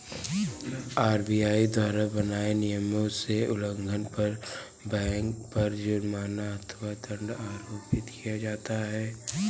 RBI द्वारा बनाए नियमों के उल्लंघन पर बैंकों पर जुर्माना अथवा दंड आरोपित किया जाता है